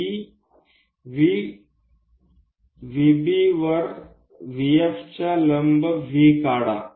V जवळ VB वर VF च्या लंब काढा